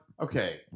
Okay